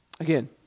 Again